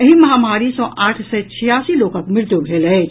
एहि महामारी सँ आठ सय छियासी लोकक मृत्यु भेल अछि